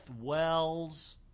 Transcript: wells